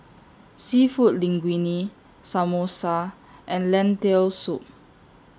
Seafood Linguine Samosa and Lentil Soup